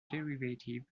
derivatives